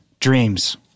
Dreams